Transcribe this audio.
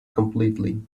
completely